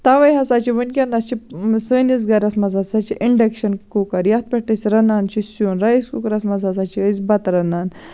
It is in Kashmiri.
تَوے ہسا چھُ ؤنکیٚنَس چھُ سٲنِس گرَس منٛز ہسا چھِ اِنڈَکشَن کُکَر یَتھ پٮ۪ٹھ أسۍ رَنان چھِ سیُن رایِس کُکرَس منٛز ہسا چھِ أسۍ بَتہٕ رَنان